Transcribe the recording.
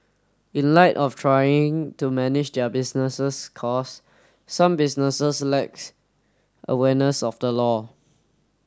in light of trying to manage their businesses cost some businesses lacks awareness of the law